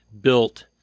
built